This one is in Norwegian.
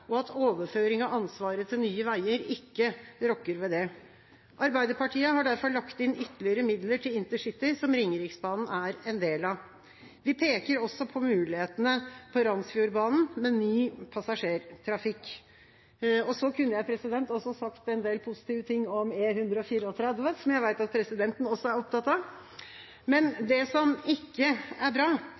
og at overføring av ansvaret til Nye Veier ikke rokker ved det. Arbeiderpartiet har derfor lagt inn ytterligere midler til intercity, som Ringeriksbanen er en del av. Vi peker også på mulighetene på Randsfjordbanen, med ny passasjertrafikk. Jeg kunne også sagt en del positive ting om E134, som jeg vet at presidenten også er opptatt av, men det som ikke er bra,